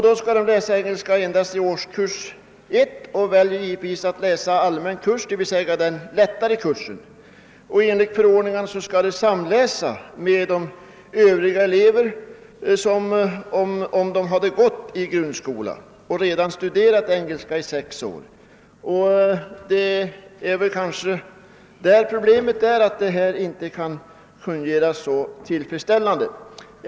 De skall då läsa eng elska endast i årskurs 1 och väljer givetvis att läsa den allmänna kursen, d.v.s. den lättare kursen. Enligt förordningen skall de samläsa med de övriga eleverna, som alltså har gått i grundskolan och redan studerat engelska i sex år. Problemet är att den samläsningen inte fungerar så tillfredsställande.